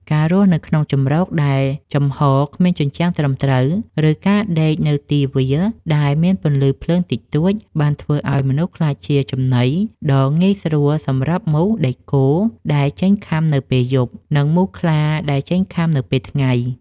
ការរស់នៅក្នុងជម្រកដែលចំហគ្មានជញ្ជាំងត្រឹមត្រូវ ឬការដេកនៅទីវាលដែលមានពន្លឺភ្លើងតិចតួច បានធ្វើឱ្យមនុស្សក្លាយជាចំណីដ៏ងាយស្រួលសម្រាប់មូសដែកគោលដែលចេញខាំនៅពេលយប់ និងមូសខ្លាដែលចេញខាំនៅពេលថ្ងៃ។